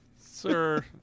sir